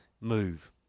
move